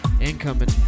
Incoming